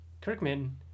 Kirkman